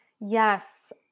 Yes